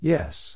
Yes